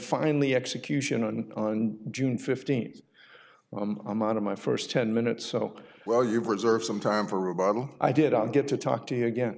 finally execution on on june fifteenth i'm out of my first ten minutes well you've reserved some time for a bottle i didn't get to talk to you again